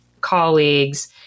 colleagues